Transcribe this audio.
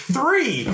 Three